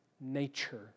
nature